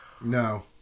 No